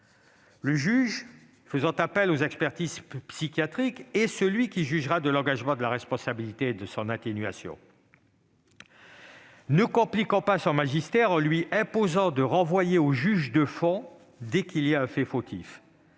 Le juge, faisant appel aux expertises psychiatriques, est celui qui jugera de l'engagement de la responsabilité et de son atténuation. Ne compliquons pas son magistère en lui imposant de renvoyer au juge du fond, dès qu'il y a un fait fautif-